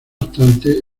obstante